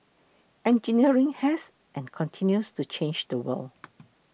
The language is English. engineering has and continues to change the world